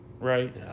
right